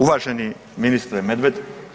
Uvaženi ministre Medved.